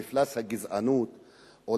כל כך העלו את מפלס הגזענות,